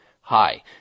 Hi